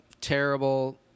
terrible